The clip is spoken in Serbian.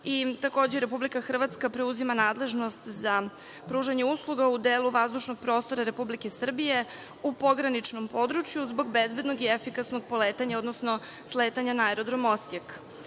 Takođe, Republika Hrvatska preuzima nadležnost za pružanje usluga u delu vazdušnog prostora Republike Srbije u pograničnom području, zbog bezbednog i efikasnog poletanja odnosno sletanja na aerodrom